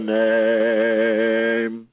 name